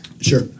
Sure